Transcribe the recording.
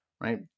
right